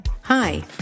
Hi